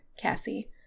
Cassie